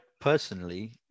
personally